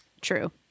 True